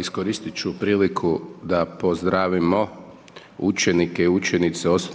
Iskoristiti ću priliku da pozdravimo učenike i učenice OŠ